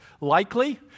likely